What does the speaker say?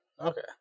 Okay